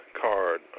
card